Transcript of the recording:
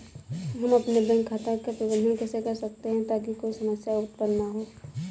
हम अपने बैंक खाते का प्रबंधन कैसे कर सकते हैं ताकि कोई समस्या उत्पन्न न हो?